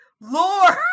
lord